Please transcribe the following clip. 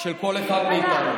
של כל אחד מאיתנו,